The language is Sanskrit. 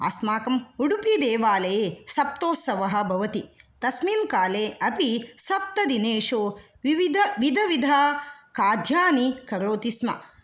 अस्माकम् उडुपिदेवालये सप्तोत्सवः भवति तस्मिन् काले अपि सप्त दिनेषु विविध विधविध खाद्यानि करोति स्म